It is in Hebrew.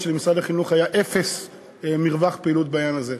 שלמשרד החינוך היה אפס מרווח פעילות בעניין הזה.